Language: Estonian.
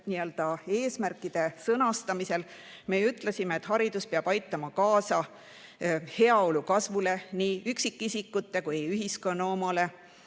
arengukava eesmärkide sõnastamisel me ju ütlesime, et haridus peab aitama kaasa heaolu kasvule, nii üksikisikute kui ka ühiskonna